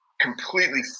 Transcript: completely